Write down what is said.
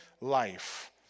life